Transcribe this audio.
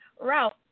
Ralph